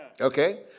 Okay